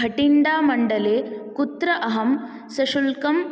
भटिण्डामण्डले कुत्र अहं सशुल्कं